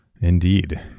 indeed